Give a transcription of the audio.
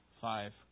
five